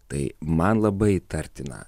tai man labai įtartina